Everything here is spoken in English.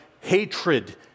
hatred